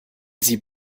sie